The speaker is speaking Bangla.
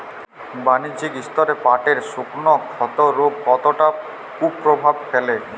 বাণিজ্যিক স্তরে পাটের শুকনো ক্ষতরোগ কতটা কুপ্রভাব ফেলে?